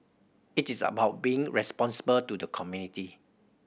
it is about being responsible to the community